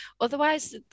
otherwise